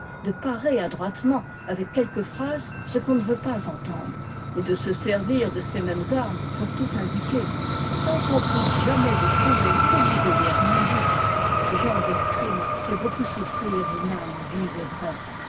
de parer adroitement avec quelques phrases ce qu'on ne veut pas entendre et de se servir de ces mêmes armes pour tout indiquer sans qu'on puisse jamais vous prouver que vous ayez rien dit ce genre d'escrime fait beaucoup souffrir une âme vive et vraie